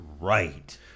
right